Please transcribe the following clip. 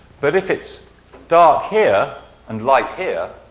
but if it's dark here and light here,